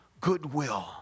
goodwill